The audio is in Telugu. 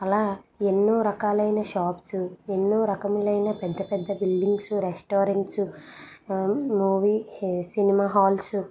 అలా ఎన్నో రకాలైన షాప్సు ఎన్నో రకములైన పెద్ద పెద్ద buildings restaurants movie cinema halls